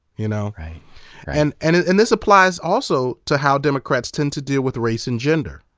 you know and and and and this applies also to how democrats tend to deal with race and gender.